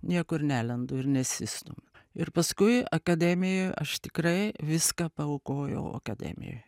niekur nelendu ir nesistumiu ir paskui akademijoj aš tikrai viską paaukojau akademijoj